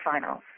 finals